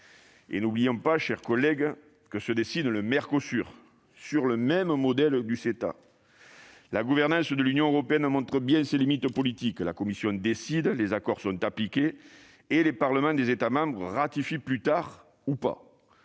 N'oublions pas, chers collègues, que se dessine le Mercosur, sur le même modèle que le CETA. La gouvernance de l'Union européenne montre bien ses limites politiques : la Commission décide, les accords sont appliqués et les Parlements des États membres ratifient plus tard ... ou pas.